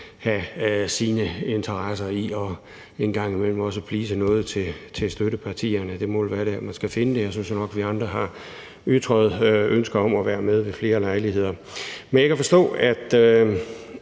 have sine interesser i en gang imellem også at please støttepartierne, det må vel være der, man skal finde det. Jeg synes jo nok, vi andre har ytret ønske om at være med ved flere lejligheder. Men jeg kan forstå, at